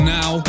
now